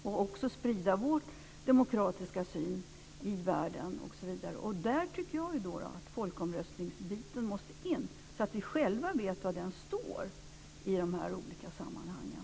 Vi ska sprida vår demokratiska syn i världen, och där tycker jag att folkomröstningsbiten måste in så att vi själva vet var den står i de här olika sammanhangen.